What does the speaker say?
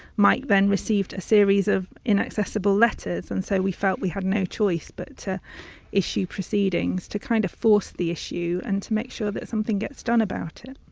mike then received a series of inaccessible letters and so we felt we had no choice but to issue proceedings to kind of force the issue and to make sure that something gets done about it.